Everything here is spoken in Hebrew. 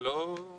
בהפגנה לא?